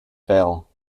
fail